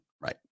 right